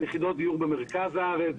--- יחידות דיור במרכז הארץ,